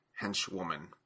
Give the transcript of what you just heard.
henchwoman